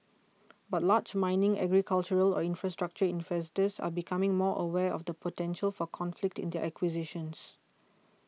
but large mining agricultural or infrastructure investors are becoming more aware of the potential for conflict in their acquisitions